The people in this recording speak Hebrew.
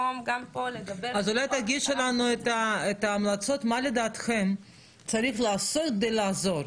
אז אולי תגישו לו את ההמלצות מה לדעתכם צריך לעשות כדי לעזור.